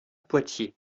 poitiers